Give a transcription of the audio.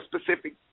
specific